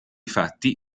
fatti